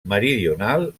meridional